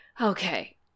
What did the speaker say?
Okay